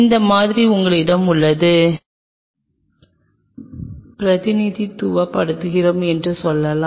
இந்த மாதிரி உங்களிடம் உள்ளது இந்த தூரம் I 1 ஆல் பிரதிநிதித்துவப்படுத்துகிறேன் என்று சொல்லலாம்